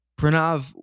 Pranav